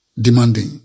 demanding